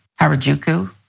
Harajuku